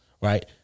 Right